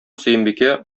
сөембикә